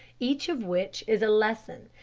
each of which is a lesson.